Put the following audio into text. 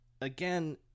again